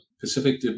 Pacific